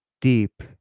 deep